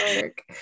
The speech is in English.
work